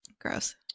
Gross